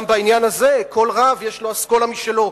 גם בעניין הזה כל רב יש לו אסכולה משלו.